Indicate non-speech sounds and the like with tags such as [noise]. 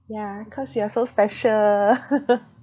ya cause you are so special [laughs]